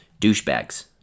douchebags